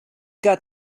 got